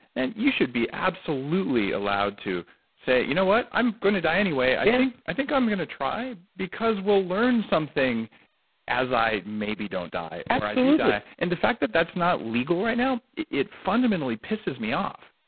and you should be absolutely allowed to say, you know what? i'm going to die anyway. i think i think i'm going to try because we'll learn something as i maybe don't die or actually die. and the fact that that's not legal right now, it it fundamentally pisses me off.